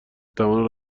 توان